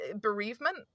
bereavement